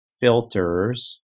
filters